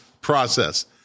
process